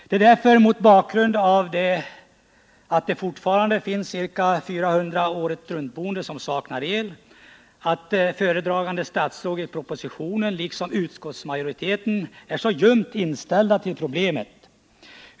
Det är mot bakgrund av att det fortfarande finns ca 400 åretruntboende som saknar el förvånande att föredragande statsrådet i propositionen liksom utskottsmajoriteten är så ljumt inställda till problemet.